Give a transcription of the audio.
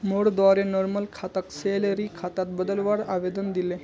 मोर द्वारे नॉर्मल खाताक सैलरी खातात बदलवार आवेदन दिले